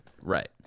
Right